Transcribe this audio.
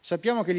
Sappiamo che